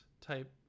type